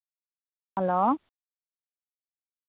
hello